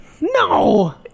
No